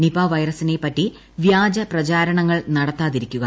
Nipah വൈറസിനെപ്പറ്റി വ്യാജ പ്രചാരണങ്ങൾ നടത്താതിരിക്കുക